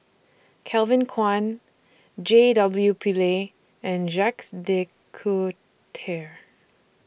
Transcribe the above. Kevin Kwan J W Pillay and Jacques De Coutre